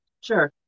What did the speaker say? Sure